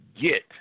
get